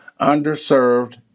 underserved